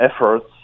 efforts